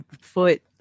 foot